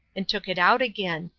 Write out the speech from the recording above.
and took it out again.